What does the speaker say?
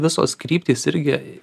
visos kryptys irgi